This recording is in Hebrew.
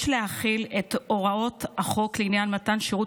יש להחיל את הוראות החוק לעניין מתן שירות